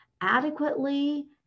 adequately